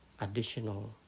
Additional